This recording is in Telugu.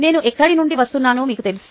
నేను ఎక్కడి నుండి వస్తున్నానో మీకు తెలుసా